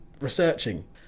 researching